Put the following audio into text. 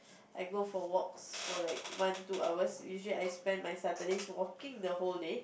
I go for walks for like one two hours usually I spend my Saturdays walking the whole day